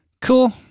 cool